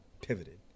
pivoted